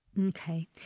Okay